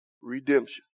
redemption